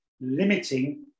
limiting